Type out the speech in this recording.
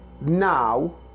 now